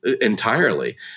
entirely